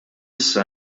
issa